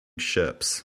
ships